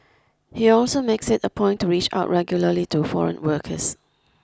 he also makes it a point to reach out regularly to foreign workers